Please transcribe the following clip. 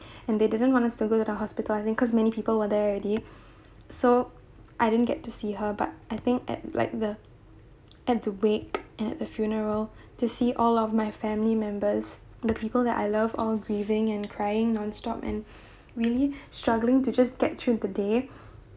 and they didn't want us to go to the hospital I think cause many people were there already so I didn't get to see her but I think at like the had to wait and at the funeral to see all of my family members the people that I love all grieving and crying nonstop and really struggling to just get through the day